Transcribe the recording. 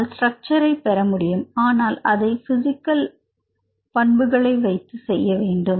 நம்மால் ஸ்ட்ரக்சர்ஐ பெற முடியும் ஆனால் நாம் அதை பிசிக்கல் வைத்து செய்ய வேண்டும்